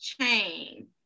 chain